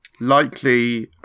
likely